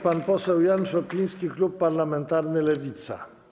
Pan poseł Jan Szopiński, Klub Parlamentarny Lewica.